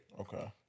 Okay